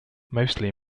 mostly